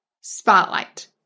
spotlight